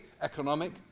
economic